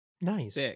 Nice